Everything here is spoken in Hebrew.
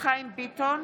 חיים ביטון,